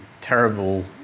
terrible